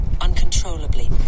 uncontrollably